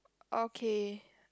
okay